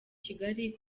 kigali